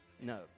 No